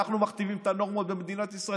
אנחנו מכתיבים את הנורמות במדינת ישראל,